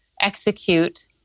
execute